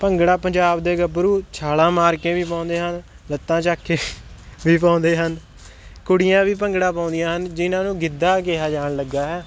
ਭੰਗੜਾ ਪੰਜਾਬ ਦੇ ਗੱਭਰੂ ਛਾਲਾਂ ਮਾਰ ਕੇ ਵੀ ਪਾਉਂਦੇ ਹਨ ਲੱਤਾਂ ਚੱਕ ਕੇ ਵੀ ਪਾਉਂਦੇ ਹਨ ਕੁੜੀਆਂ ਵੀ ਭੰਗੜਾ ਪਾਉਂਦੀਆਂ ਹਨ ਜਿਨ੍ਹਾਂ ਨੂੰ ਗਿੱਧਾ ਕਿਹਾ ਜਾਣ ਲੱਗਾ ਹੈ